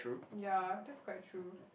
ya that's quite true